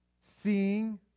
seeing